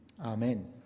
Amen